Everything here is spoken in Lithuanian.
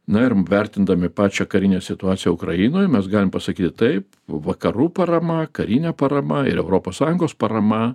na ir vertindami pačią karinę situaciją ukrainoj mes galime pasakyti taip vakarų parama karinė parama ir europos sąjungos parama